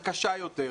קשה יותר.